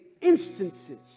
instances